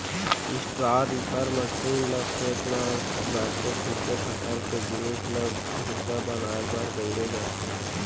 straw reaper machine ल खेत म बाचे खुचे फसल के जिनिस ल भूसा बनाए बर बउरे जाथे